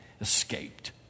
escaped